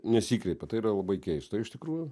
nesikreipia tai yra labai keista iš tikrųjų